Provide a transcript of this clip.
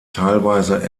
teilweise